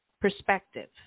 Perspective